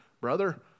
brother